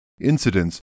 Incidents